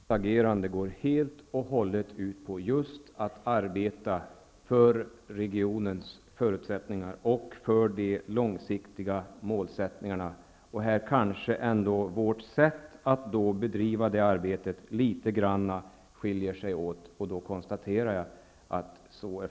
Herr talman! Mitt agerande går helt och hållet ut på att just arbeta utifrån regionens förutsättningar och för de långsiktiga målen. Men jag kan konstatera att våra sätt att bedriva detta arbete skiljer sig åt litet grand.